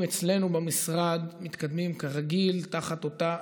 אצלנו במשרד מתקדמים כרגיל תחת אותה,